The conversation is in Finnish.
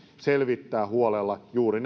selvittää huolella juuri